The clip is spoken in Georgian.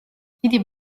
დიდი